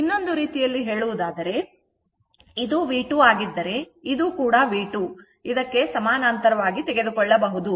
ಇನ್ನೊಂದು ರೀತಿಯಲ್ಲಿ ಹೇಳುವುದಾದರೆ ಇದು V2 ಆಗಿದ್ದರೆ ಮತ್ತು ಇದು ಕೂಡ V2 ಇದಕ್ಕೆ ಸಮಾನಾಂತರವಾಗಿ ತೆಗೆದುಕೊಳ್ಳಬಹುದು